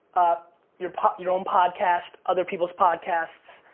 your your own podcast, other people's podcasts,